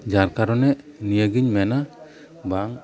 ᱡᱟᱨ ᱠᱟᱨᱚᱱᱮ ᱱᱤᱭᱟᱹᱜᱮᱧ ᱢᱮᱱᱟ ᱵᱟᱝ